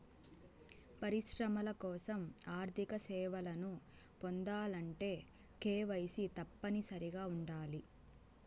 పరిశ్రమల కోసం ఆర్థిక సేవలను పొందాలంటే కేవైసీ తప్పనిసరిగా ఉండాలి